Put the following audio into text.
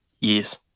Yes